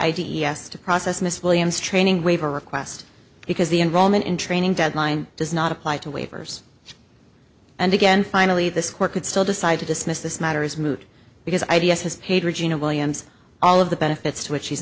s to process miss williams training waiver request because the enrollment in training deadline does not apply to waivers and again finally this court could still decide to dismiss this matter is moot because i d s has paid regina williams all of the benefits to which she's